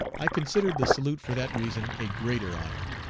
i considered the salute for that reason a greater honor.